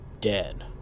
dead